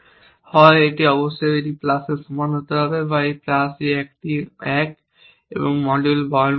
হয় এটি অবশ্যই এই প্লাসের সমান হতে হবে বা এই প্লাস এই প্লাসটি 1 এবং মডিউল বহন করতে হবে